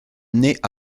naît